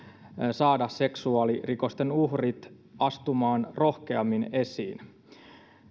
saada seksuaalirikosten uhrit astumaan rohkeammin esiin